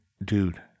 Dude